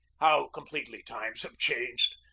how completely times have changed!